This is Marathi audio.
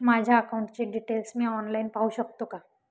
माझ्या अकाउंटचे डिटेल्स मी ऑनलाईन पाहू शकतो का?